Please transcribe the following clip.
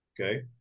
Okay